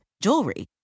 jewelry